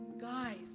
Guys